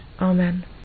Amen